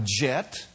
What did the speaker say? jet